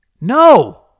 No